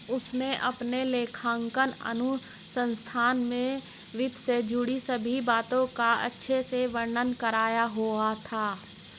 उसने अपने लेखांकन अनुसंधान में वित्त से जुड़ी सभी बातों का अच्छे से वर्णन करा हुआ था